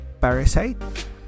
Parasite